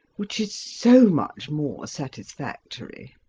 which is so much more satisfactory.